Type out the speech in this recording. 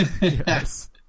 Yes